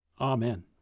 Amen